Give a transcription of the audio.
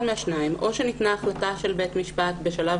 אחד מהשניים: או שניתנה החלטה של בית משפט בשלב